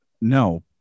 no